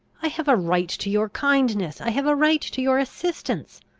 i have a right to your kindness i have a right to your assistance!